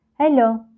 Hello